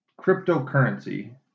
cryptocurrency